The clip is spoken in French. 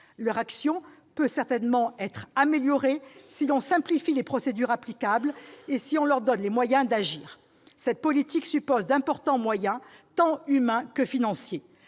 Leur action peut certainement être améliorée si l'on simplifie les procédures applicables et si on leur donne les moyens d'agir. Cette politique suppose d'importants moyens tant humains que financiers.